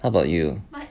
what about you